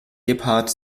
gebhardt